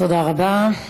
תודה רבה.